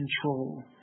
control